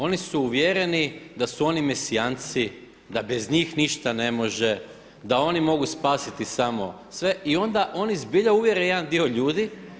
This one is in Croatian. Oni su uvjereni da su oni mesijanci, da bez njih ništa ne može, da oni mogu spasiti samo sve i onda oni zbilja uvjere jedan dio ljudi.